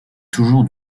toujours